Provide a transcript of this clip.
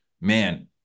man